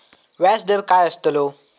व्याज दर काय आस्तलो?